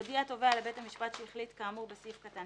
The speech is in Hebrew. (ו)הודיע תובע לבית המשפט שהחליט כאמור בסעיף קטן